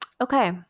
Okay